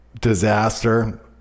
disaster